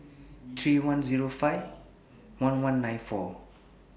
three one Zero five one one nine four